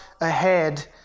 ahead